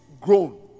grown